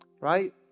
right